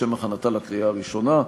לשם הכנתה לקריאה הראשונה.